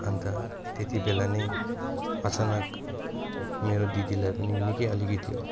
अन्त त्यति बेला नै अचानक मेरो दिदीलाई पनि निकै अलिकति